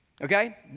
Okay